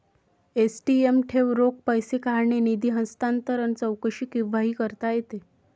ATM ठेव, रोख पैसे काढणे, निधी हस्तांतरण, चौकशी केव्हाही करता येते